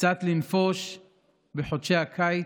קצת ולנפוש בחודשי הקיץ,